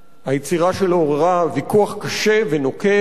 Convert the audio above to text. כשהיצירה שלו עוררה ויכוח קשה ונוקב,